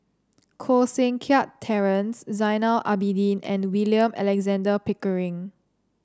Koh Seng Kiat Terence Zainal Abidin and William Alexander Pickering